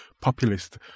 populist